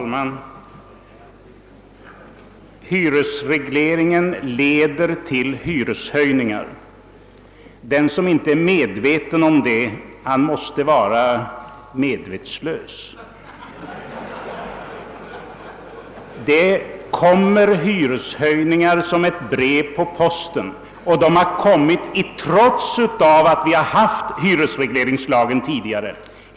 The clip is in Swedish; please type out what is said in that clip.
Herr talman! Hyresegleringens avveckling leder till hyreshöjningar. Den som inte är medveten om det måste vara medvetslös. Det kommer hyreshöjningar som ett brev på posten, och de har kommit trots att vi haft hyresregleringslagen.